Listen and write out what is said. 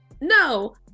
No